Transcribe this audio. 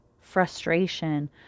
frustration